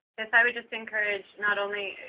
if i would just encourage not only,